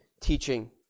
teaching